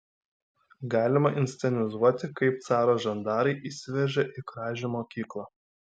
galima inscenizuoti kaip caro žandarai įsiveržia į kražių mokyklą